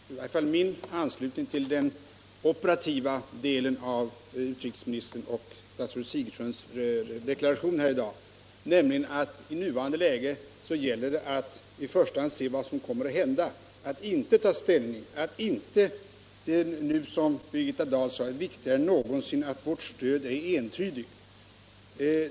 Herr talman! Jag vill begagna tillfället att uttrycka i varje fall min anslutning till den operativa delen av utrikesministerns och statsrådet Sigurdsens deklarationer här i dag, nämligen att det i nuvarande läge gäller att i första hand se vad som kommer att hända och att inte ta ställning. Det är inte nu, som Birgitta Dahl sade, ”viktigare än någonsin att vårt stöd är entydigt”.